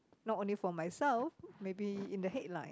not only for myself maybe in the headline